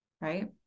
right